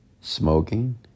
smoking